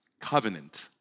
covenant